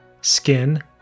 skin